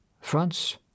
France